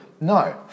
No